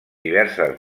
diverses